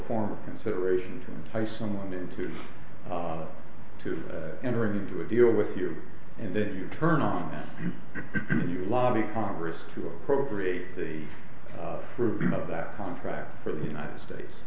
form of consideration to entice someone into to enter into a deal with you and then you turn on you lobby congress to appropriate the fruit of that contract for the united states